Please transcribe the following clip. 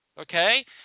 Okay